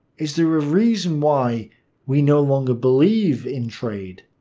is there a reason why we no longer believe in trade?